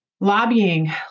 Lobbying